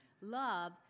Love